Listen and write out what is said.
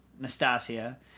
Nastasia